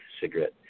cigarette